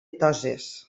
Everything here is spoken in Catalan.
toses